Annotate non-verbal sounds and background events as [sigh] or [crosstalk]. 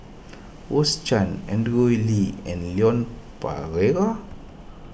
Rose Chan Andrew Lee and Leon [unintelligible]